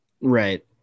right